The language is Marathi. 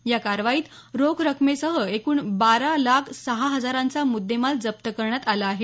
या कारवाईत रोख रक्कमेसह एकूण बारा लाख सहा हजारांचा मुद्देमाल जप्त करण्यात आला आहे